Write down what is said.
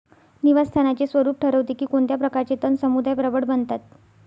निवास स्थानाचे स्वरूप ठरवते की कोणत्या प्रकारचे तण समुदाय प्रबळ बनतात